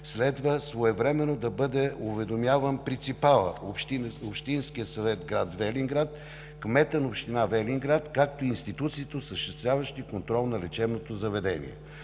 следва своевременно да бъде уведомяван принципалът – Общинският съвет – град Велинград, кметът на община Велинград, както и институциите, осъществяващи контрол на лечебното заведение.